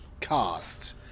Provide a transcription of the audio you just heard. cast